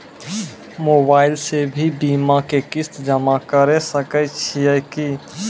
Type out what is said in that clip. Mobile से भी बीमा के किस्त जमा करै सकैय छियै कि?